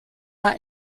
are